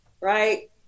right